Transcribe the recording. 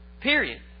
Period